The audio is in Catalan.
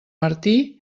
martí